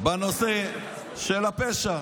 בנושא של הפשע.